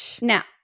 Now